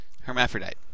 Hermaphrodite